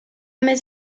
més